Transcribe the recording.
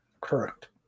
Correct